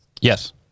Yes